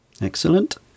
Excellent